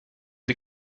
die